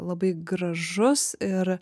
labai gražus ir